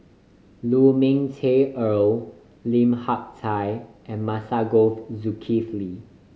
Lu Ming Teh Earl Lim Hak Tai and Masagos Zulkifli